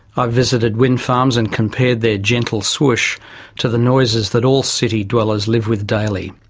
i visited wind farms and compared their gentle swoosh to the noises that all city dwellers live with daily.